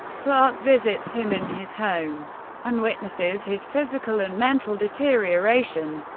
clarke visits him in his home and witnesses his physical and mental deterioration.